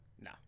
No